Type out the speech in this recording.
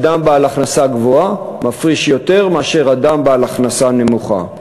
אדם בעל הכנסה גבוהה מפריש יותר מאשר אדם בעל הכנסה נמוכה.